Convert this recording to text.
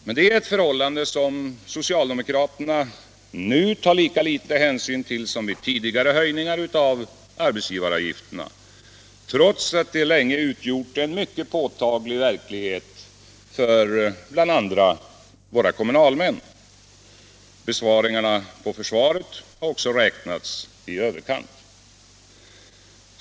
Men detta är ett förhållande som socialdemokraterna nu tar lika liten hänsyn till som vid tidigare höjningar av arbetsgivaravgifterna, trots att det länge utgjort en mycket påtaglig verklighet för bl.a. våra kommunalmän. Besparingarna på försvaret har Allmänpolitisk debatt Allmänpolitisk debatt också räknats i överkant.